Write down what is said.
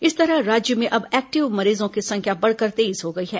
इस तरह राज्य में अब एक्टिव मरीजों की संख्या बढ़कर तेईस हो गई है